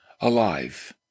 alive